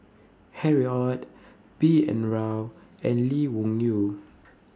Harry ORD B N Rao and Lee Wung Yew